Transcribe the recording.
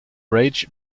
rage